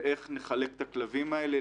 ואיך נחלק את הכלבים האלה,